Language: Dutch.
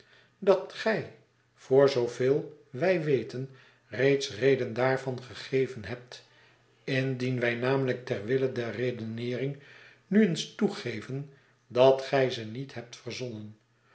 dat gij voor zooveel wij weten reeds reden daarvan gegeven hebt indien wij namelijk ter wille der redeneering nu eens toegeven dat gij ze niet hebt verzonnen